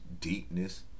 deepness